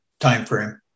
timeframe